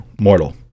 mortal